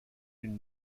une